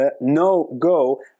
no-go